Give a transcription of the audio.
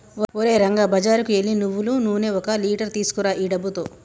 ఓరే రంగా బజారుకు ఎల్లి నువ్వులు నూనె ఒక లీటర్ తీసుకురా ఈ డబ్బుతో